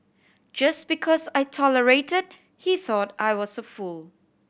just because I tolerated he thought I was a fool